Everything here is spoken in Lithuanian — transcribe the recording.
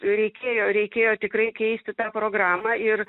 reikėjo reikėjo tikrai keisti tą programą ir